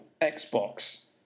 Xbox